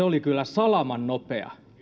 oli kyllä salamannopea